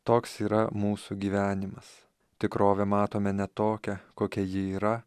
toks yra mūsų gyvenimas tikrovę matome ne tokią kokia ji yra